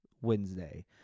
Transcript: Wednesday